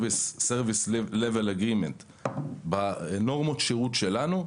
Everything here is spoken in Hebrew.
level agreement בנורמות שירות שלנו,